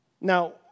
Now